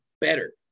better